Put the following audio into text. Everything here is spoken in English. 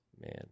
man